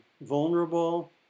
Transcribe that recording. vulnerable